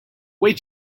wait